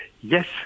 yes